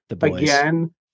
again